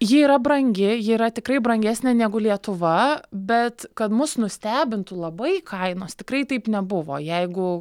ji yra brangi yra tikrai brangesnė negu lietuva bet kad mus nustebintų labai kainos tikrai taip nebuvo jeigu